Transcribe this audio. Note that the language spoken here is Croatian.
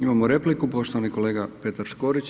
Imamo repliku, poštovani kolega Petar Škorić.